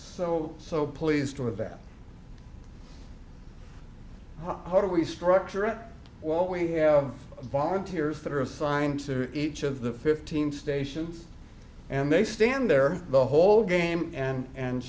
so so pleased with that how do we structure it what we have volunteers that are assigned to each of the fifteen stations and they stand there the whole game and and